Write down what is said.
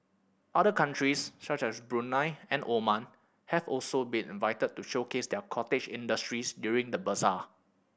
other countries such as Brunei and Oman have also been invited to showcase their cottage industries during the bazaar